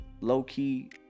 low-key